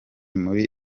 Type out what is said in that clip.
muri